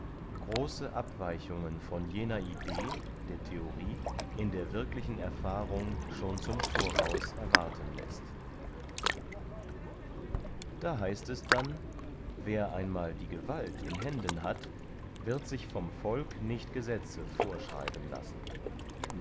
große abweichungen von jener idee der theorie in der wirklichen erfahrung schon zum voraus erwarten läßt da heißt es dann wer einmal die gewalt in händen hat wird sich vom volk nicht gesetze vorschreiben lassen